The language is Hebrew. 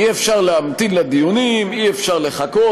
אי-אפשר להמתין לדיונים, אי-אפשר לחכות.